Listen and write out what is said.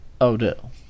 Odell